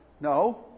No